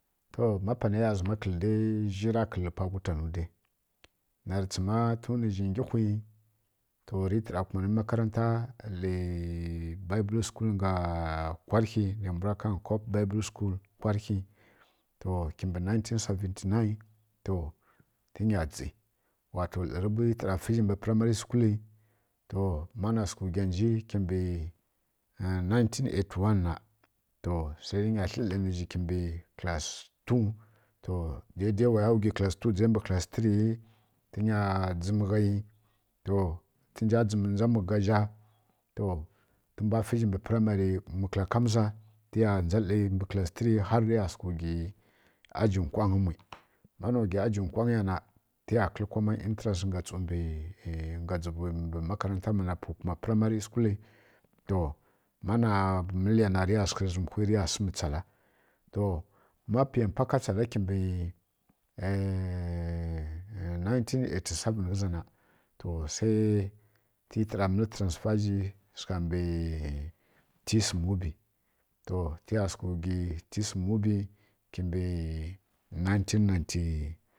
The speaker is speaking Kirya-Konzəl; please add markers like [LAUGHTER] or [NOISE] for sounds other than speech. Ma pa na ya zam kǝl dǝ zhǝ ri tǝ pa wutanu na rǝ tsim tǝnizǝ gyiwi tǝ tar kuma nǝ makarata gha bible school lǝ kwarihi na mbwara ka cup bible school kwarihi to kimɓǝ ineteen seventy nine to tǝ nyi gyi wa to lǝ tǝ tar fǝ zǝ lǝ primary school na nineteen eighty one swa tǝ nyi tlǝ lǝ nǝzǝ mbǝ class two na dai dai wa gyi class two jǝ mbǝ class three yǝ tǝ jim ghyi tǝ nja jim nja mu gaza tǝ kimɓǝ primary lǝ ka kamiza tǝ ya ghǝ gyi agi kwangǝ muyǝ ma na gyi agǝ kwangǝ ya na tǝ ya kǝl common interance ga jifu mbǝ makarata pughǝ kuma primary school ma na zǝm ghu ya tǝ swaghǝ jim tsala ma pa katsala kimbǝ [HESITATION] nineteen eighty seven ghǝza na tǝ tar mǝl trasfer gyi sǝgha mbǝ t. C mubi to ya sǝghǝ gyi t. C mubi nineteen ninty